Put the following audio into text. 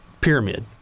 pyramid